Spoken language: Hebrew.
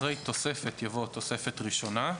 אחרי "תוספת" יבוא "ראשונה".